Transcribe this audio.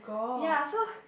ya so